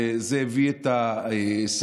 וזה הביא את הסכינים,